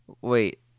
Wait